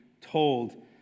told